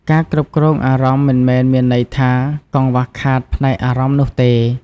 ការគ្រប់គ្រងអារម្មណ៍៍មិនមែនមានន័យថា កង្វះខាតផ្នែកអារម្មណ៍នោះទេ។